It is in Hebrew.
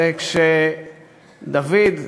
זה שכשדוד,